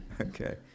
Okay